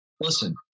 listen